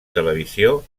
televisió